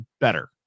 better